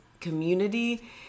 community